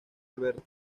alberto